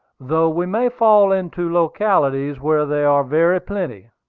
though we may fall into localities where they are very plenty.